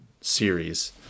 series